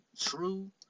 true